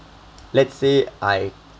let's say I